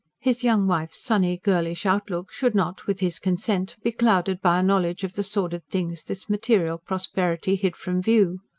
his young wife's sunny, girlish outlook should not, with his consent, be clouded by a knowledge of the sordid things this material prosperity hid from view.